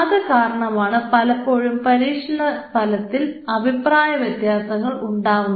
അത് കാരണമാണ് പലപ്പോഴും പരീക്ഷണ ഫലത്തിൽ അഭിപ്രായവ്യത്യാസങ്ങൾ ഉണ്ടാവുന്നത്